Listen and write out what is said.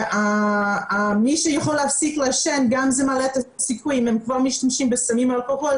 הם כבר משתמשים בסמים ובאלכוהול